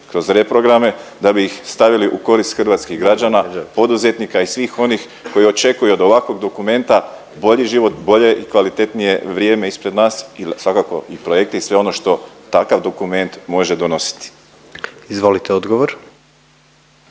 kroz reprograme da bi ih stavili u korist hrvatskih građana, poduzetnika i svih onih koji očekuju od ovakvog dokumenta bolji život, bolje i kvalitetnije vrijeme ispred nas i svakako i projekti i sve ono što takav dokument može donositi. **Jandroković,